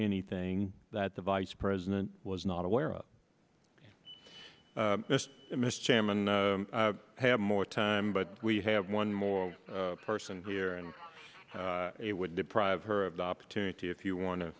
anything that the vice president was not aware of mr chairman i have more time but we have one more person here and it would deprive her of the opportunity if you want to